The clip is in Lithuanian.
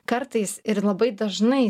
kartais ir labai dažnai